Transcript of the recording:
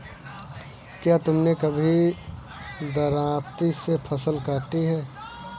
क्या तुमने कभी दरांती से फसल काटी है?